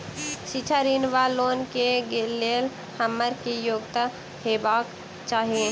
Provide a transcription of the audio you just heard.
शिक्षा ऋण वा लोन केँ लेल हम्मर की योग्यता हेबाक चाहि?